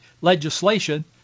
legislation